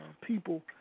people